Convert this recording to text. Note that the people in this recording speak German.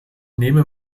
nehme